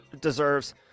deserves